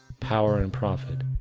power and profit,